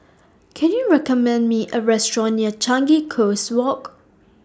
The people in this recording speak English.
Can YOU recommend Me A Restaurant near Changi Coast Walk